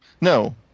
No